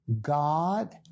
God